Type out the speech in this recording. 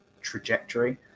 trajectory